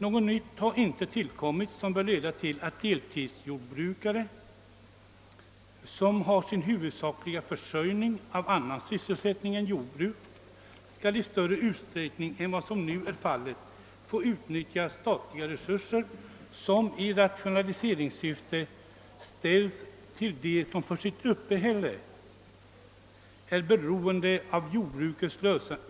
Något nytt har inte tillkommit som bör leda till att deltidsjordbrukare, som har sin huvudsakliga försörjning av annan sysselsättning än jordbruk, i större utsträckning än vad som nu är fallet skall få utnyttja de statliga resurser som i rationaliseringssyfte ställs till förfogande åt dem som för sitt uppehälle är beroende av jordbrukets